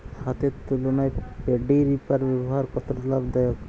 হাতের তুলনায় paddy reaper ব্যবহার কতটা লাভদায়ক?